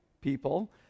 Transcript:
people